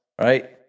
right